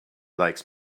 likes